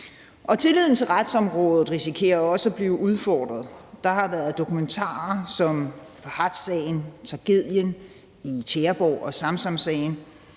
tilliden til retsområdet risikerer også at blive udfordret. Der har været dokumentaren »Tragedien i Tjæreborg« samt